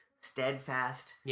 steadfast